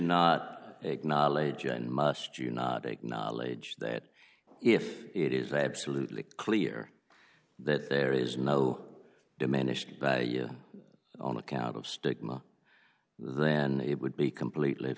acknowledge and must you not acknowledge that if it is absolutely clear that there is no diminished by you on account of stigma then it would be completely